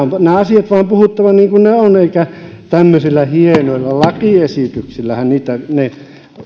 nämä asiat on vain puhuttava niin kuin ne ovat tämmöisillä hienoilla lakiesityksillähän ne